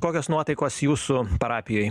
kokios nuotaikos jūsų parapijoj